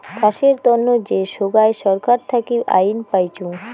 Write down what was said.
চাষের তন্ন যে সোগায় ছরকার থাকি আইন পাইচুঙ